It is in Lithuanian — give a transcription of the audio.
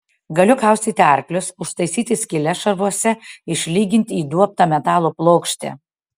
galiu kaustyti arklius užtaisyti skyles šarvuose išlyginti įduobtą metalo plokštę